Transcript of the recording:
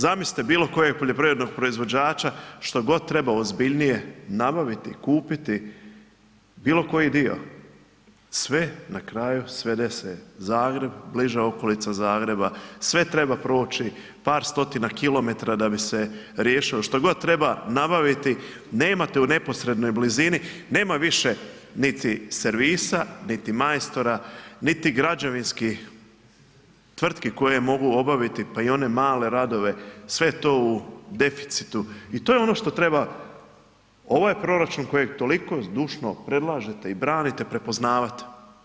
Zamislite bilokojeg poljoprivrednog proizvođača, što god treba ozbiljnije nabaviti, kupiti bilokoji dio, sve na kraju svede se Zagreb, bliža okolica Zagreba, sve treba proći, par stotina kilometara da bi se riješilo što god treba nabaviti, nemate u neposrednoj blizini, nema više niti servisa niti majstora niti građevinskih tvrtki koje mogu obaviti pa i one male radove, sve je to u deficitu i to je ono što treba ovaj proračun kojeg toliko zdušno predlažete i branite, prepoznavat.